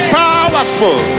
powerful